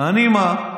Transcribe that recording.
אני מה?